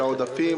שהעודפים,